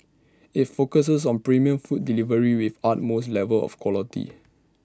IT focuses on premium food delivery with utmost level of quality